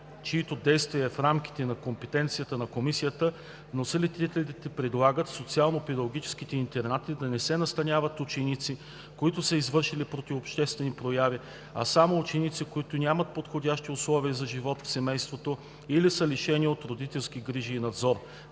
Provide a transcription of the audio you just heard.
чието действие е в рамките на компетенцията на Комисията, вносителите предлагат в Социално-педагогическите интернати да не се настаняват учениците, които са извършили противообществени прояви, а само учениците, които нямат подходящи условия за живот в семейството или са лишени от родителски грижи и надзор,